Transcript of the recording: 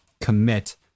commit